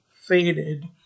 faded